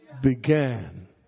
began